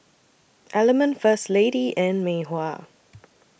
Element First Lady and Mei Hua